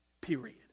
period